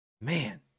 man